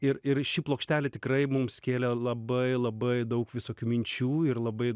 ir ir ši plokštelė tikrai mums kėlė labai labai daug visokių minčių ir labai